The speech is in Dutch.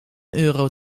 euro